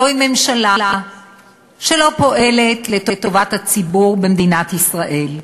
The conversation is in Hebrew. זו ממשלה שלא פועלת לטובת הציבור במדינת ישראל.